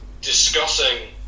Discussing